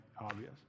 obvious